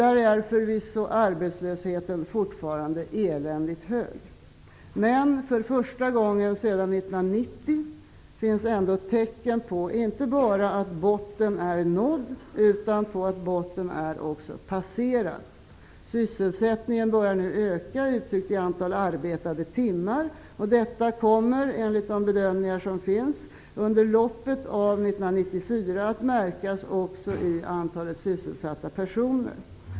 Arbetslösheten är förvisso fortfarande eländigt hög, men för första gången sedan 1990 finns det ändå tecken på att man inte bara har nått botten utan också passerat det stadiet. Sysselsättningen ökar, uttryckt i antal arbetade timmar. Detta kommer, enligt de bedömningar som finns, under loppet av 1994 att märkas också i antalet sysselsatta personer.